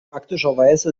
praktischerweise